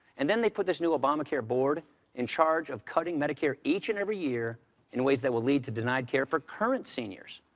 and then they put this new obamacare board in charge of cutting medicare each and every year in ways that will lead to denied care for current seniors.